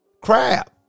Crap